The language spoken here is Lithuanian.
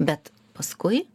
bet paskui